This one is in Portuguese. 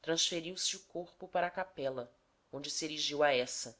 transferiu se o corpo para a capela onde se erigia a essa